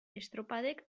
estropadek